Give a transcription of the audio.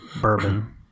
bourbon